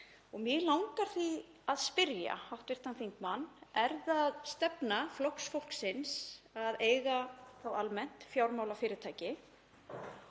Mig langar því að spyrja hv. þingmann: Er það stefna Flokks fólksins að eiga þá almennt fjármálafyrirtæki?